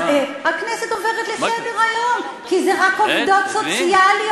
אז הכנסת עוברת לסדר-היום כי זה רק עובדות סוציאליות,